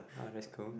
oh that's cool